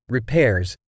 repairs